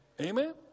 Amen